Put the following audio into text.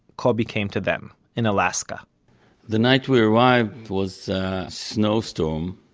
kobi came to them, in alaska the night we arrived was a snowstorm.